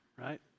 right